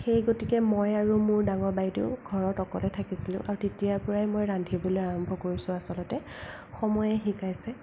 সেই গতিকে মই আৰু মোৰ ডাঙৰ বাইদেউ ঘৰত অকলে থাকিছিলোঁ আৰু তেতিয়াৰ পৰাই মই ৰান্ধিবলৈ আৰম্ভ কৰিছোঁ আচলতে সময়ে শিকাইছে